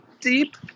deep